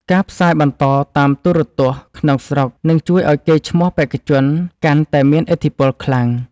ការផ្សាយបន្តតាមទូរទស្សន៍ក្នុងស្រុកនឹងជួយឱ្យកេរ្តិ៍ឈ្មោះបេក្ខជនកាន់តែមានឥទ្ធិពលខ្លាំង។